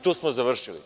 Tu smo završili.